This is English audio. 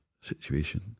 situation